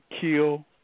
kill